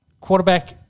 Quarterback